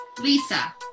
Lisa